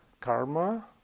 karma